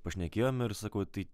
pašnekėjom ir sakau tai